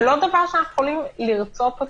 זה לא דבר שאנחנו יכולים לרצות אותו.